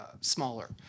smaller